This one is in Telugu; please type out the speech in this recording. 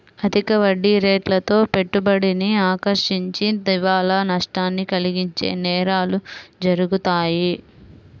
అధిక వడ్డీరేట్లతో పెట్టుబడిని ఆకర్షించి దివాలా నష్టాన్ని కలిగించే నేరాలు జరుగుతాయి